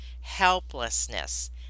helplessness